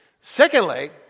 Secondly